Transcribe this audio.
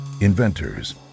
inventors